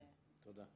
תודה.